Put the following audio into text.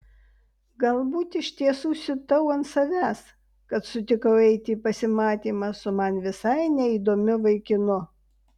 galbūt iš tiesų siutau ant savęs kad sutikau eiti į pasimatymą su man visai neįdomiu vaikinu